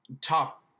Top